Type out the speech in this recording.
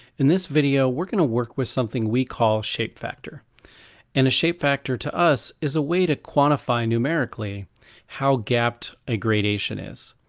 in this video we're going to work with something we call shape factor and a shape factor to us is a way to quantify numerically how gapped a gradation is.